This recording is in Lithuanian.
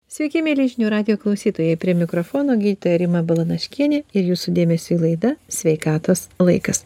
sveiki mieli žinių radijo klausytojai prie mikrofono gydytoja rima balanaškienė ir jūsų dėmesiui laida sveikatos laikas